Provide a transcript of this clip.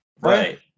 Right